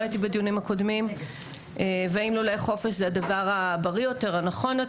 הייתי בדיונים הקודמים והאם לולי חופש זה הדבר הבריא והנכון יותר.